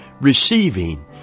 receiving